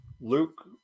Luke